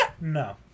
No